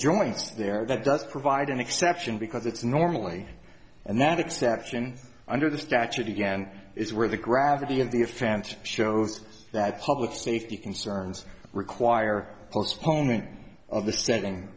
joins there that does provide an exception because it's normally and that exception under the statute again is where the gravity of the offense shows that public safety concerns require postponement of the setting